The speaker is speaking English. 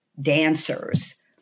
dancers